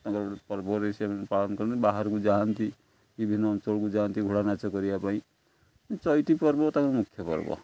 ତାଙ୍କର ପର୍ବରେ ସେମାନେ ପାଳନ କରନ୍ତି ବାହାରକୁ ଯାଆନ୍ତି ବିଭିନ୍ନ ଅଞ୍ଚଳକୁ ଯାଆନ୍ତି ଘୋଡ଼ା ନାଚ କରିବା ପାଇଁ ଚଇତି ପର୍ବ ତାଙ୍କର ମୁଖ୍ୟ ପର୍ବ